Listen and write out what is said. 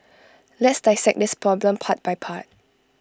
let's dissect this problem part by part